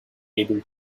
able